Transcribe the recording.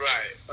Right